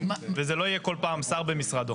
וזה לא יהיה כל פעם שר במשרדו.